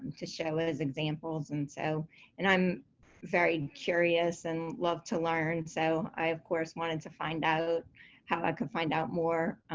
to show as examples, and so and i'm very curious and love to learn, so i, of course, wanted to find out how i could find out more,